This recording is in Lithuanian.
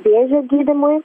vėžio gydymui